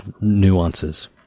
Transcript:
nuances